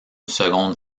seconde